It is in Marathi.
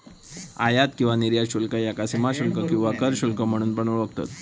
आयात किंवा निर्यात शुल्क ह्याका सीमाशुल्क किंवा कर शुल्क म्हणून पण ओळखतत